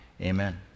Amen